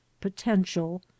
potential